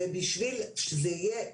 בשביל שזה יהיה חכם,